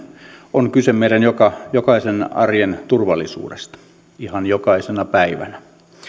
on kyse meidän jokaisen arjen turvallisuudesta ihan jokaisena päivänä